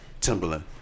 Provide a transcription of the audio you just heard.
Timberland